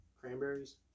cranberries